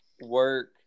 work